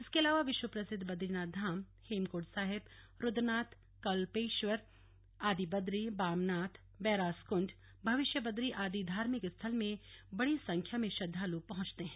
इसके अलावा विश्व प्रसिद्ध बदरीनाथ धाम हेमकृण्ड साहिब रूद्रनाथ कल्पेश्वर आदिबदरी बामनाथ बैरासकृण्ड भविष्य बदरी आदि धार्मिक स्थल में बड़ी संख्या में श्रद्धालु पहुंचते हैं